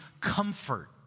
comfort